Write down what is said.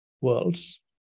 worlds